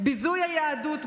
ביזוי היהדות,